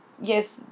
yes